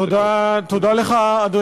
תודה לך,